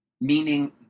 meaning